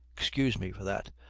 excuse me for that.